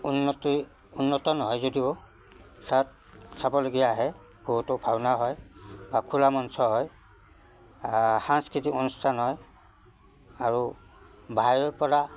উন্নতি উন্নত নহয় যদিও তাত চাবলগীয়া আহে বহুতো ভাওনা হয় বা খোলা মঞ্চ হয় সাংস্কৃতিক অনুষ্ঠান হয় আৰু বাহিৰৰপৰা